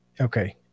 okay